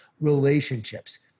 Relationships